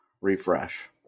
refresh